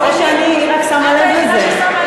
או שאני רק שמה לב לזה.